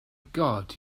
god